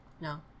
No